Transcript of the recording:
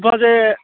ꯂꯨꯄꯥꯁꯦ